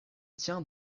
tient